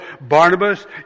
Barnabas